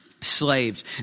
slaves